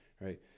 right